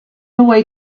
away